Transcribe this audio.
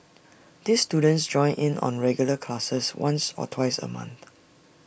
these students join in on regular classes once or twice A month